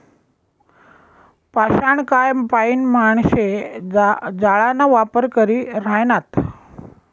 पाषाणकाय पाईन माणशे जाळाना वापर करी ह्रायनात